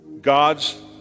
God's